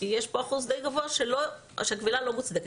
כי יש פה אחוז די גבוה שהקבילה לא מוצדקת.